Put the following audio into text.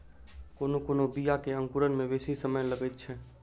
कोनो कोनो बीया के अंकुराय मे बेसी समय लगैत छै